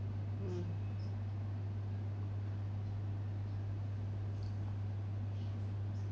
mm